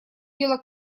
дело